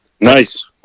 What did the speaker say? Nice